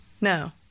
No